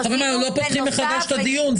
אנחנו לא פותחים את הדיון מחדש.